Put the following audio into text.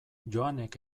joanek